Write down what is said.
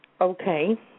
Okay